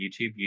YouTube